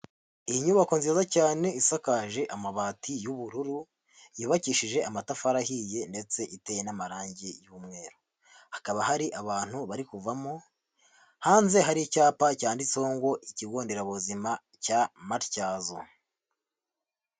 Inyubako nziza cyane isakaje amabati y'ubururu, yubakishije amatafari ahiye ndetse iteye n'amarangi y'umweru, hakaba hari abantu bari kuvamo, hanze hari icyapa cyanditseho ngo ikigo nderabuzima cya Matyazo.